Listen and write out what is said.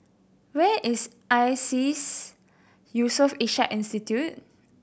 where is ISEAS Yusof Ishak Institute